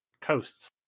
coasts